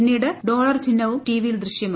പിന്നീട് ഡോളർ ചിഹ്നവും T V യിൽ ദൃശ്യമായി